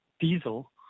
diesel